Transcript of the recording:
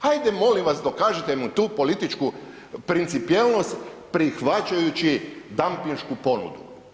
Hajde molim vas dokažite mi tu političku principijelnost prihvaćajući dampinšku ponudu.